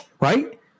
right